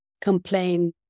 complain